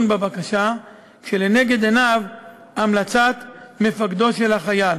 הגורם המוסמך ידון בבקשה כשלנגד עיניו המלצת מפקדו של החייל.